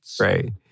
Right